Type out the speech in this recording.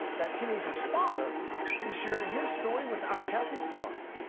that teenage er's father is sharing his story with our kathy park.